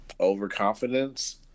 overconfidence